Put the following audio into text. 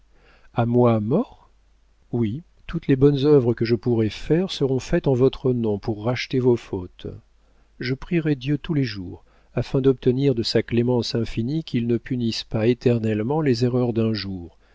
a moi mort oui toutes les bonnes œuvres que je pourrai faire seront faites en votre nom pour racheter vos fautes je prierai dieu tous les jours afin d'obtenir de sa clémence infinie qu'il ne punisse pas éternellement les erreurs d'un jour